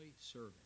serving